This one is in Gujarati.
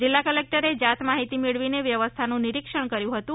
જિલ્લા કલેટરે જાત માહિતી મેળવીને વ્યવસ્થાનું નિરીક્ષણ કર્યું હતું